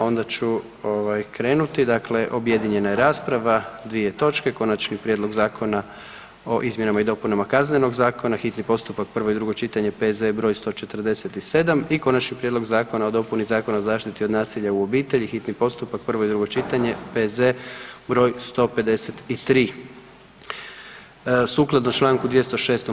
Onda ću ovaj, krenuti, dakle, objedinjena je rasprava, dvije točke: ¬- Konačni prijedlog zakona o izmjenama i dopunama Kaznenog zakona, hitni postupak, prvo i drugo čitanje, P.Z.E. br. 147 - Konačni prijedlog zakona o dopuni Zakona o zaštiti od nasilja u obitelji, hitni postupak, prvo i drugo čitanje, P.Z. br. 153; Sukladno čl. 206.